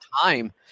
time